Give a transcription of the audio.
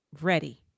ready